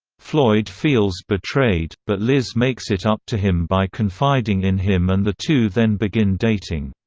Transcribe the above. floyd feels betrayed, but liz makes it up to him by confiding in him and the two then begin dating.